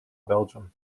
belgium